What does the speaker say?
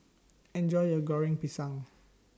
Enjoy your Goreng Pisang